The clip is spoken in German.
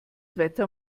wetter